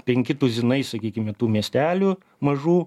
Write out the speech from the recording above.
penki tuzinai sakykime tų miestelių mažų